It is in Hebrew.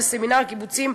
וסמינר הקיבוצים,